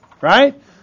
Right